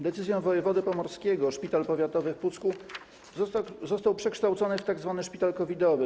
Decyzją wojewody pomorskiego szpital powiatowy w Pucku został przekształcony w tzw. szpital COVID-owy.